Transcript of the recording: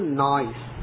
noise